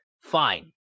fine